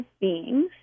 beings